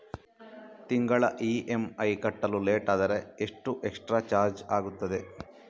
ತಿಂಗಳ ಇ.ಎಂ.ಐ ಕಟ್ಟಲು ಲೇಟಾದರೆ ಎಷ್ಟು ಎಕ್ಸ್ಟ್ರಾ ಚಾರ್ಜ್ ಆಗುತ್ತದೆ?